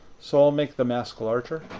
so i'll make the mask larger.